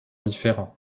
différents